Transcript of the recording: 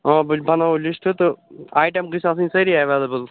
اوا بہٕ بَناو وۄنۍ لِسٹہٕ تہٕ آیٹَم گٔژھۍ آسٕنۍ سٲری ایٚوَلیبٕل